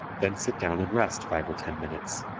then sit down and rest five or ten minutes.